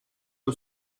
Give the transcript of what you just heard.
que